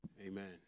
Amen